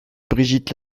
brigitte